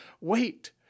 wait